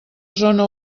zona